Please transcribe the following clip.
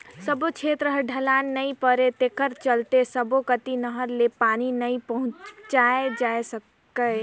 सब्बो छेत्र ह ढलान नइ परय तेखर चलते सब्बो कति नहर ले पानी नइ पहुंचाए जा सकय